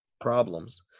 problems